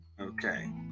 Okay